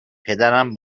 پدرم